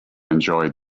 enjoyed